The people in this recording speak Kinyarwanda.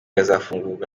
hazafungurwa